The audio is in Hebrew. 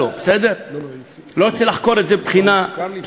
גם אני,